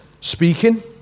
speaking